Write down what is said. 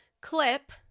clip